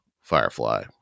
firefly